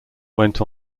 went